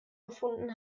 gefunden